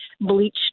bleach